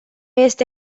este